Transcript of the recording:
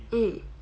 mm